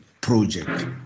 project